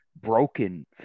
broken